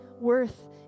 worth